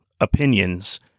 opinions